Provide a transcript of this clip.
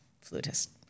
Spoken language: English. Flutist